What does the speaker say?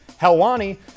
Helwani